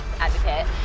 advocate